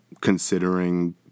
Considering